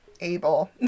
able